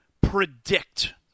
predict